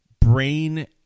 brain